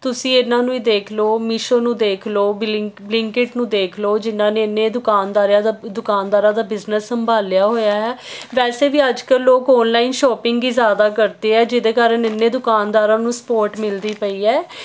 ਤੁਸੀਂ ਇਹਨਾਂ ਨੂੰ ਹੀ ਦੇਖ ਲਓ ਮੀਸ਼ੋ ਨੂੰ ਦੇਖ ਲਓ ਬਲਿੰਕ ਬਲਿੰਕਡ ਨੂੰ ਦੇਖ ਲਓ ਜਿਨਾਂ ਨੇ ਇੰਨੇ ਦੁਕਾਨਦਾਰ ਆ ਦੁਕਾਨਦਾਰਾਂ ਦਾ ਬਿਜ਼ਨਸ ਸੰਭਾਲਿਆ ਹੋਇਆ ਆ ਵੈਸੇ ਵੀ ਅੱਜ ਕੱਲ ਲੋਕ ਆਨਲਾਈਨ ਸ਼ਾਪਿੰਗ ਹੀ ਜ਼ਿਆਦਾ ਕਰਦੇ ਆ ਜਿਹਦੇ ਕਾਰਨ ਇੰਨੇ ਦੁਕਾਨਦਾਰਾਂ ਨੂੰ ਸਪੋਰਟ ਮਿਲਦੀ ਪਈ ਹੈ